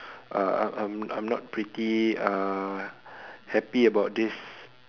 uh I'm I'm I'm not pretty uh happy about this